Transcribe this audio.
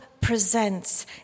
presents